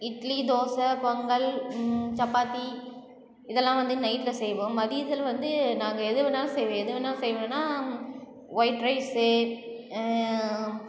இட்லி தோசை பொங்கல் சப்பாத்தி இதெல்லாம் வந்து நைட்டில் செய்வோம் மதியத்தில் நாங்கள் எதுவேனாலும் செய்வோம் எதுவேன்னா செய்வோன்னா ஒயிட் ரைஸ்